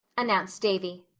announced davy.